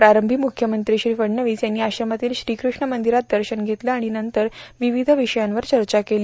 प्रारंभी मुख्यमंत्री श्री फडणवीस यांनी आश्रमातील श्रीकृष्ण मंदिरात दर्शन घेतले आणि विविध विषयांवर चर्चा केली